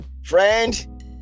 Friend